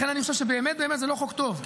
לכן אני חושב שזה באמת באמת לא חוק טוב.